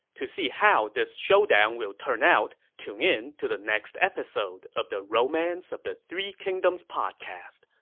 to see how this showdown will turn out, tune in to the next episode of the romance of the three kingdoms podcast.